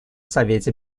совете